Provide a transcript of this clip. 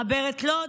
מעברת לוד.